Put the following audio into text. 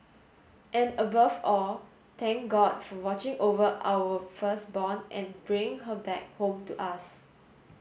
and above all thank God for watching over our firstborn and bringing her back home to us